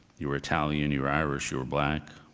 you were italian, you're irish, you were black.